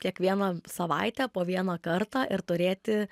kiekvieną savaitę po vieną kartą ir turėti